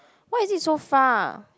why is it so far